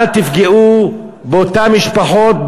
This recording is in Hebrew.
אל תפגעו באותן משפחות,